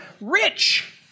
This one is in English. rich